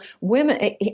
women